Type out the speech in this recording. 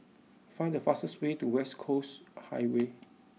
find the fastest way to West Coast Highway